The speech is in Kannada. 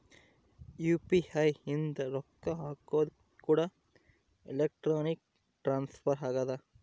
ಯು.ಪಿ.ಐ ಇಂದ ರೊಕ್ಕ ಹಕೋದು ಕೂಡ ಎಲೆಕ್ಟ್ರಾನಿಕ್ ಟ್ರಾನ್ಸ್ಫರ್ ಆಗ್ತದ